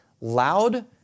loud